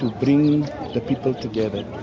and bring the people together,